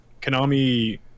Konami